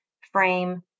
frame